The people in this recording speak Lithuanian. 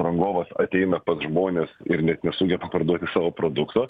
rangovas ateina pas žmones ir net nesugeba parduoti savo produkto